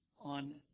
on